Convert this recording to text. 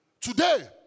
Today